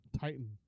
Titan